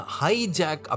hijack